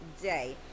day